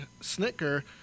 Snicker